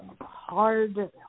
hard